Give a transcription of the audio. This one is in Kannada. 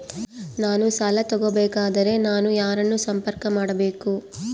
ನಾನು ಸಾಲ ತಗೋಬೇಕಾದರೆ ನಾನು ಯಾರನ್ನು ಸಂಪರ್ಕ ಮಾಡಬೇಕು?